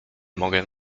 mogę